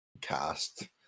cast